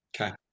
okay